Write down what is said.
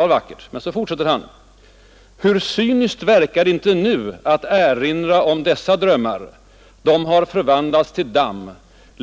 var väl vackert? Men sedan fortsätter han: Hur cyniskt verkar det inte nu att erinra om dessa drömmar. De har förvandlats till damm.